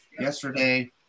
yesterday